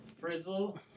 frizzle